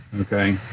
okay